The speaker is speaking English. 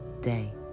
day